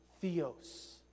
theos